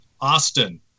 austin